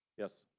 yes?